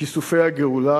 בכיסופי הגאולה.